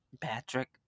Patrick